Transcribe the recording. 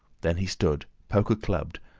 then he stood, poker clubbed,